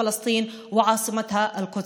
לסיום הכיבוש ולהקמת מדינת פלסטין שבירתה ירושלים.)